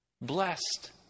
blessed